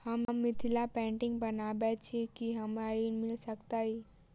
हम मिथिला पेंटिग बनाबैत छी की हमरा ऋण मिल सकैत अई?